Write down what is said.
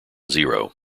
zero